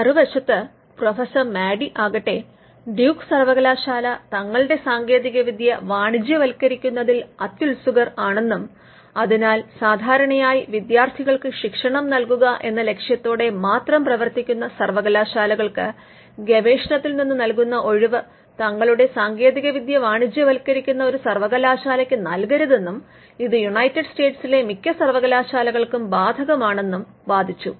മറുവശത്ത് professor Madey ആകട്ടെ Duke സർവകലാശാല തങ്ങളുടെ സാങ്കേതികവിദ്യ വാണിജ്യവത്കരിക്കുന്നതിൽ അത്യുത്സുകർ ആണെന്നും അതിനാൽ സാധാരണയായി വിദ്യാർത്ഥികൾക്ക് ശിക്ഷണം നൽകുക എന്ന ലക്ഷ്യത്തോടെ മാത്രം പ്രവർത്തിക്കുന്ന സർവകലാശാലകൾക്ക് ഗവേഷണത്തിൽ നിന്ന് നൽകുന്ന ഒഴിവ് തങ്ങളുടെ സാങ്കേതികവിദ്യ വാണിജ്യവത്കരിക്കുന്ന ഒരു സർവകലാശാലയ്ക്ക് നൽകരുതെന്നും ഇത് യുണൈറ്റഡ് സ്റ്റേസിലെ മിക്ക സർവ്വകലാശാലകൾക്കും ബാധകമാണെന്നും വാദിച്ചു